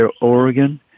Oregon